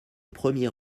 premier